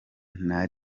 nta